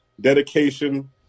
dedication